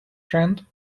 friend